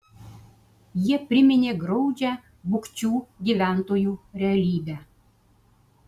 jie priminė graudžią bukčių gyventojų realybę